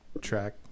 track